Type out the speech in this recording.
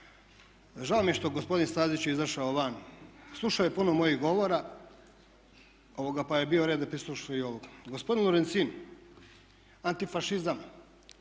Žao mi je što je gospodin Stazić izašao van, slušao je puno mojih govora pa je bio red da prisustvuje i ovom. Gospodin Lorencin antifašizam